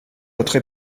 votre